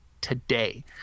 today